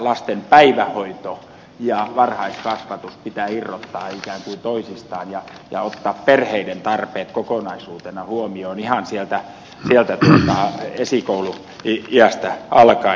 lasten päivähoito ja varhaiskasvatus pitää irrottaa ikään kuin toisistaan ja ottaa perheiden tarpeet kokonaisuutena huomioon ihan sieltä esikouluiästä alkaen